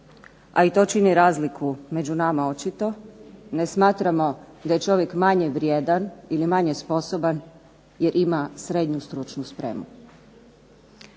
a i to čini razliku među nama očito, ne smatramo da je čovjek manje vrijedan ili manje sposoban jer ima srednju stručnu spremu.